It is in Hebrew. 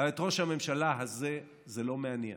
את ראש הממשלה הזה זה לא מעניין.